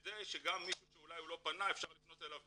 כדי שגם מישהו שאולי לא פנה אפשר לפנות אליו,